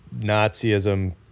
Nazism